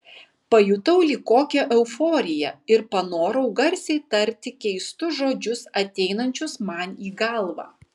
pajutau lyg kokią euforiją ir panorau garsiai tarti keistus žodžius ateinančius man į galvą